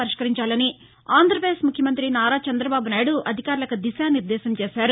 పరిష్కరించాలని ఆంధ్రపదేశ్ ముఖ్యమంతి నారా చంద్రబాబు నాయుడు అధికారులకు దిశానిర్దేశం చేశారు